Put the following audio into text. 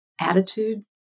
attitude